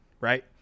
right